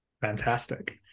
Fantastic